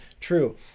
true